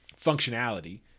functionality